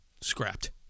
scrapped